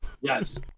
Yes